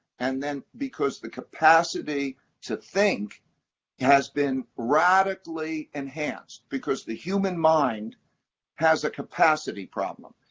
and then, because the capacity to think has been radically enhanced, because the human mind has a capacity problem.